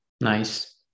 Nice